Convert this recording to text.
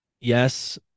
yes